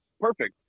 perfect